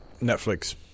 Netflix